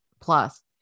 plus